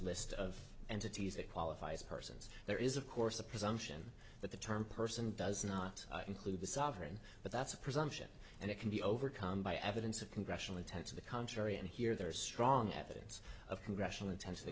list of entities that qualify as persons there is of course a presumption that the term person does not include the sovereign but that's a presumption and it can be overcome by evidence of congressional intent to the contrary and here there is strong evidence of congressional inten